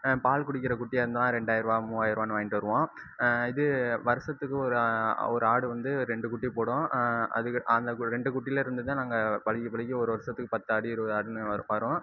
பால் குடிக்கிற குட்டியாக இருந்தால் ரெண்டாயிருபா மூவாயிருவான்னு வாய்ன்ட்டு வருவோம் இது வருசத்துக்கு ஒரு ஒரு ஆடு வந்து ஒரு ரெண்டு குட்டி போடும் அதுக்கு அந்த ரெண்டு குட்டியில் இருந்து தான் நாங்கள் பலிக்கி பலிக்கி ஒரு வருசத்துக்கு பத்து ஆடு இருபது ஆடுன்னு வரும் வரும்